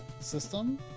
system